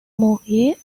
moriez